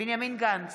בנימין גנץ,